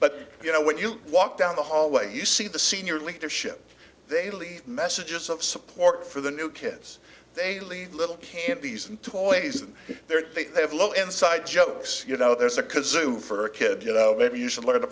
but you know when you walk down the hallway you see the senior leadership they leave messages of support for the new kids they leave little can't these and toys and they're they have low inside jokes you know there's a kazoo for a kid you know maybe you should learn to